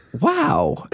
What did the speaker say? Wow